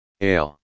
ale